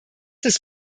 des